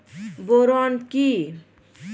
Boron কি?